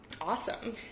awesome